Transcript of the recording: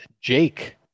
Jake